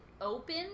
open